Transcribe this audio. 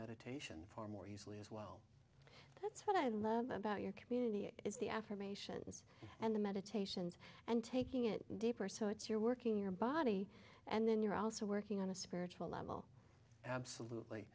meditation far more easily that's what i love about your community is the affirmations and the meditations and taking it deeper so it's you're working your body and then you're also working on a spiritual level absolutely